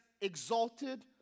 exalted